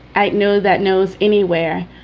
i know that nose anywhere.